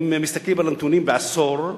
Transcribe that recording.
אם מסתכלים על הנתונים בעשור,